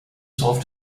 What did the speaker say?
solve